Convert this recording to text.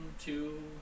two